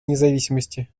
независимости